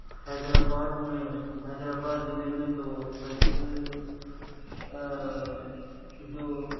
حیدر آباد میں حیدر آباد ضلع میں تو ویسے دو